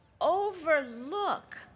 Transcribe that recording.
overlook